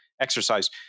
exercise